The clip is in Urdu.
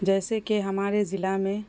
جیسے کہ ہمارے ضلع میں